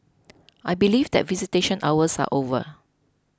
I believe that visitation hours are over